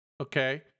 okay